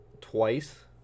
twice